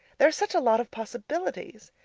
there are such a lot of possibilities.